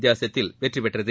வித்தியாசத்தில் வெற்றி பெற்றது